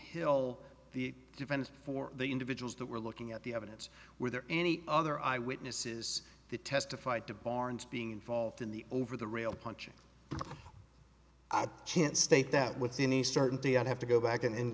hill the difference for the individuals that were looking at the evidence were there any other eye witnesses that testified to barnes being involved in the over the rail punching but i can't state that within a certain day i'd have to go back